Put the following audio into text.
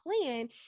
plan